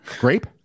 Grape